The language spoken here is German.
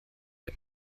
der